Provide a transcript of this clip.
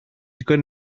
dydd